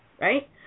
right